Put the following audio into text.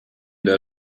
der